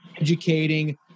educating